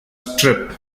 strip